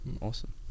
Awesome